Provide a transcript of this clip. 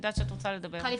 תודה.